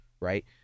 right